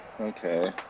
Okay